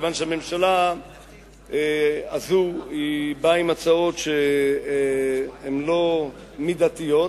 כיוון שהממשלה הזאת באה עם הצעות שהן לא מידתיות,